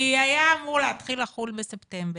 כי היה אמור לחול מספטמבר